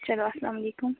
چلو اسلام وعلیکُم